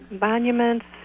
monuments